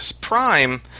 Prime